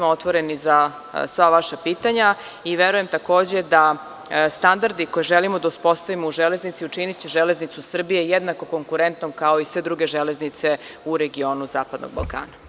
Otvoreni smo za sva vaša pitanja i verujem da standardi koje želimo da uspostavimo u železnici, učiniće železnicu Srbije jednako konkurentnom kao i sve druge železnice u regionu zapadnog Balkana.